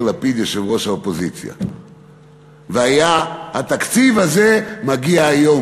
לפיד יושב-ראש האופוזיציה והתקציב הזה היה מגיע היום.